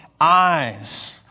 eyes